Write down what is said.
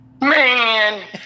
Man